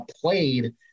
played